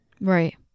Right